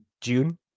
June